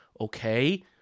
Okay